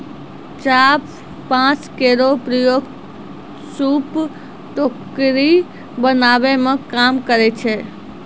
चाभ बांस केरो प्रयोग सूप, टोकरी बनावै मे काम करै छै